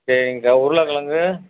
சரிங்க்கா உருளக்கெழங்கு